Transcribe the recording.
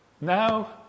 Now